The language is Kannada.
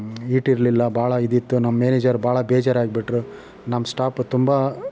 ಹೀಟಿರ್ಲಿಲ್ಲ ಭಾಳ ಇದಿತ್ತು ನಮ್ಮ ಮ್ಯಾನೇಜರ್ ಭಾಳ ಬೇಜರಾಗಿಬಿಟ್ರು ನಮ್ನ ಸ್ಟಾಪ ತುಂಬ